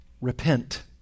repent